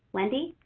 wendy?